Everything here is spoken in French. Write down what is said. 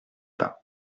pas